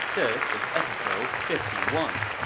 this is episode fifty one